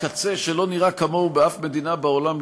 קצה שלא נראה כמוהו בשום מדינה בעולם,